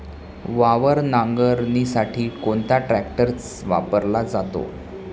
वावर नांगरणीसाठी कोणता ट्रॅक्टर वापरला जातो?